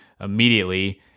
immediately